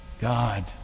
God